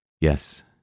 Yes